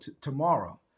tomorrow